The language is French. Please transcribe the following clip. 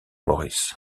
morris